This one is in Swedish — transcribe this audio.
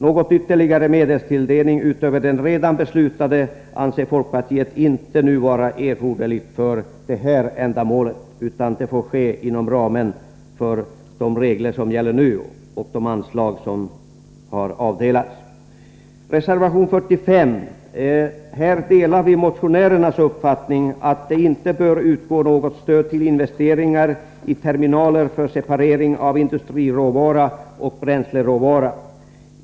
Någon ytterligare medelstilldelning utöver den redan beslutade anser folkpartiet inte nu vara erforderlig för detta ändamål, utan det får ske inom ramen för de regler som gäller nu och de anslag som har avdelats. I reservation 5 framhåller vi att vi delar motionärernas uppfattning att det inte bör utgå något stöd till investeringar i terminaler för separering av industriråvara och bränsleråvara.